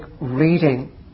reading